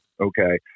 Okay